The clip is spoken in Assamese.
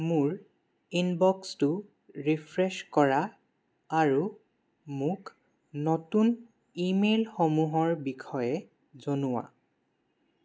মোৰ ইনবক্সটো ৰিফ্ৰেছ কৰা আৰু মোক নতুন ইমেইলসমূহৰ বিষয়ে জনোৱা